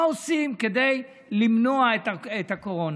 מה עושים כדי למנוע את הקורונה.